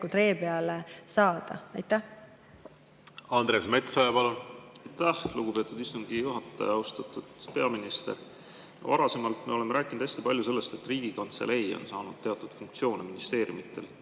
ree peale saada. Andres Metsoja, palun! Aitäh, lugupeetud istungi juhataja! Austatud peaminister! Varasemalt me oleme rääkinud hästi palju sellest, et Riigikantselei on saanud teatud funktsioone ministeeriumidelt